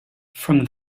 from